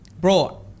bro